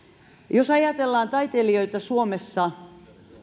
jos ajatellaan taiteilijoita suomessa